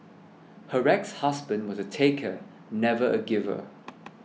her ex husband was a taker never a giver